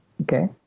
Okay